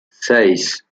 seis